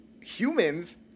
Humans